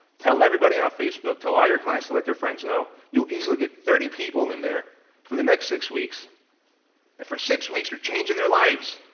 tell everybody on facebook, tell all your clients to let their friends know, you will easily get thirty people in there for the next six weeks. and for six weeks your changing their lives.